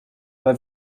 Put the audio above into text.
pas